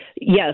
Yes